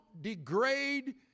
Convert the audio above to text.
degrade